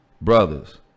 brothers